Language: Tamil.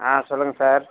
ஆ சொல்லுங்கள் சார்